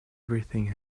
everything